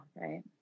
right